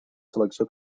selecció